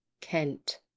Kent